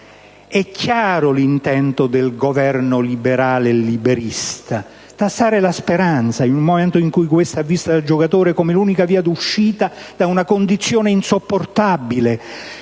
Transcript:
«È chiaro l'intento del Governo liberale e liberista: tassare la speranza in un momento in cui questa è vista dal giocatore come l'unica via d'uscita da una condizione insopportabile;